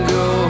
go